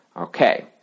Okay